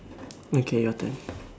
okay your turn